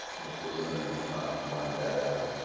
mr. luna is not one bad apple.